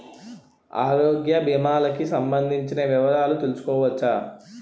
ఆరోగ్య భీమాలకి సంబందించిన వివరాలు తెలుసుకోవచ్చా?